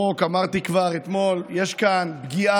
את סגן השר לביטחון הפנים, או שהוא יצא?